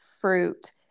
fruit